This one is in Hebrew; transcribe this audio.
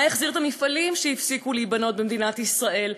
מה יחזיר את המפעלים שהפסיקו להיבנות במדינת ישראל,